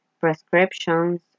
prescriptions